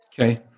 Okay